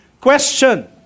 question